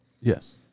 Yes